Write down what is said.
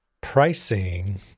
pricing